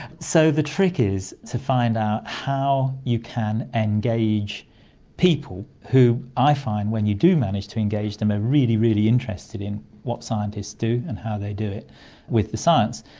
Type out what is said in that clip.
so the trick is to find out how you can engage people who i find when you do manage to engage them are really, really interested in what scientists do and how they do it with the science.